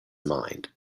mind